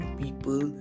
people